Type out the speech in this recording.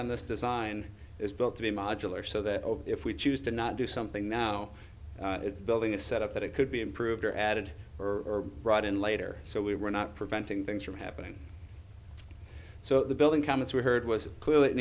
on this design is built to be modular so that if we choose to not do something now the building is set up that it could be improved or added or brought in later so we were not preventing things from happening so the building comments we heard was clearly it